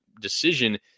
decision